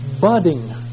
budding